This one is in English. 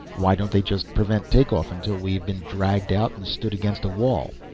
why don't they just prevent take-off until we have been dragged out and stood against a wall?